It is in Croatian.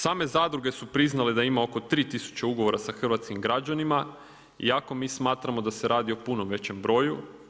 Same zadruge su priznale da ima oko 3 tisuće ugovora sa hrvatskim građanima iako mi smatramo da se radi o puno većem broju.